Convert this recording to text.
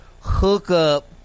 hookup